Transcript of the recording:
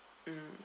mm